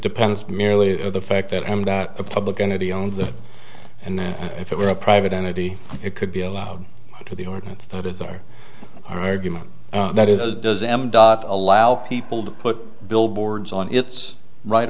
depends merely the fact that i mean that the public entity owns it and if it were a private entity it could be allowed to the ordinance that is their argument that is does m dot allow people to put billboards on its right